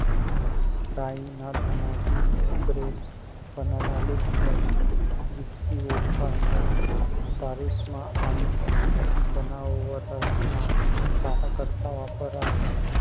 राई ना दाना पीठ, ब्रेड, बनाडाले बीयर, हिस्की, वोडका, या दारुस्मा आनी जनावरेस्ना चारा करता वापरास